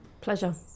Pleasure